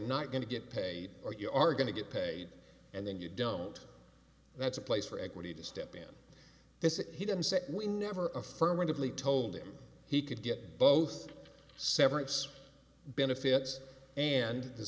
not going to get paid or you are going to get paid and then you don't that's a place for equity to step in this is he didn't say we never affirmatively told him he could get both severance benefits and the